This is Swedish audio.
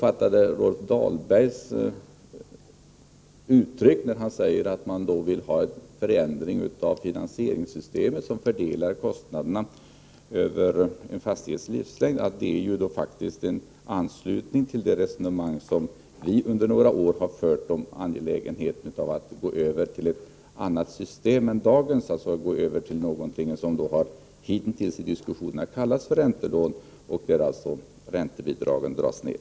När Rolf Dahlberg sade att moderaterna ville ha en förändring av finansieringssystemet där kostnaderna fördelas över en fastighets livslängd uppfattade jag att det faktiskt innebär en anslutning till det resonemang som vi under några år har fört om angelägenheten av att gå över till ett annat system än dagens, dvs. gå över till något som hittills i diskussionerna har kallats räntelån, där räntebidragen dras ner.